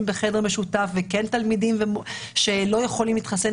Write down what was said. בחדר משותף ותלמידים שלא יכולים להתחסן.